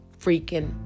freaking